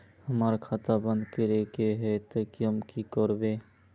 हमर खाता बंद करे के है ते हम की करबे?